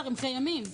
הם קיימים.